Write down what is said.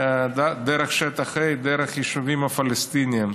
דרך שטח A, דרך היישובים הפלסטיניים.